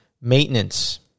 maintenance